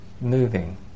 moving